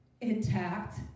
intact